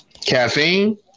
Caffeine